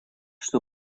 что